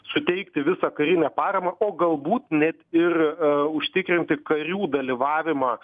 suteikti visą karinę paramą o galbūt net ir užtikrinti karių dalyvavimą